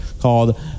called